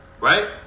Right